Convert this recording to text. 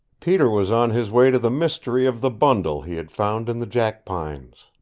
peter was on his way to the mystery of the bundle he had found in the jackpines.